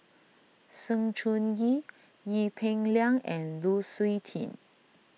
Sng Choon Yee Ee Peng Liang and Lu Suitin